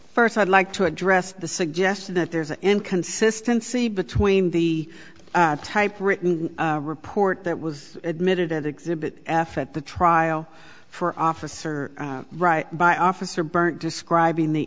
first i'd like to address the suggested that there's an inconsistency between the typewritten report that was admitted at exhibit f at the trial for officer right by officer bernd describing the